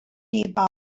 nearby